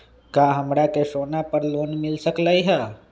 का हमरा के सोना पर लोन मिल सकलई ह?